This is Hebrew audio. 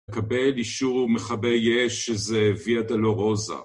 מקבל אישור מכבי אש שזה ויה דולורוזה